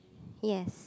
yes